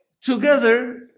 together